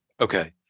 Okay